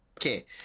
Okay